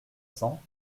cents